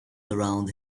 around